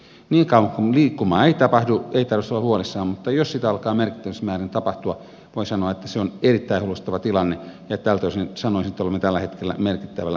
niin kauan kuin liikkumaa ei tapahdu ei tarvitse olla huolissaan mutta jos sitä alkaa merkittävissä määrin tapahtua voin sanoa että se on erittäin huolestuttava tilanne ja tältä osin sanoisin että olemme tällä hetkellä merkittävällä herkkyysalueella